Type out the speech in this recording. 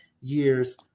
years